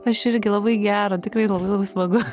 aš irgi labai gera tikrai labai labai smagu